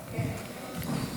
הישיבה,